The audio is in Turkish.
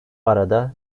arada